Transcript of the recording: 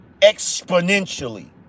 exponentially